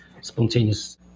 spontaneous